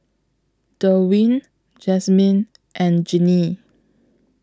Derwin Jazmine and Jeannie